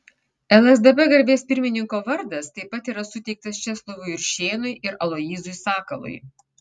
lsdp garbės pirmininko vardas taip pat yra suteiktas česlovui juršėnui ir aloyzui sakalui